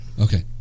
okay